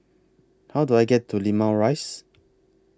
How Do I get to Limau Rise